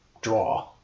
draw